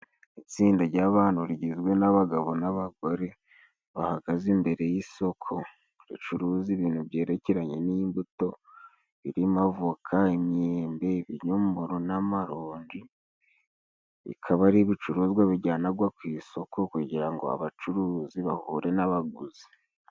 Itsinda ry'abantu rigizwe n'abagabo n'abagore, bahagaze imbere y'isoko bacuruza ibintu byerekeranye n'imbuto, ririmo: avoka, imyembe, ibinyomoro n'amarongi, bikaba ari ibicuruzwa bijyanwa ku isoko kugira ngo abacuruzi bahure n'abaguzi.